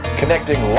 connecting